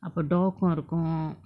அப:apa dog கு இருக்கு:ku irukku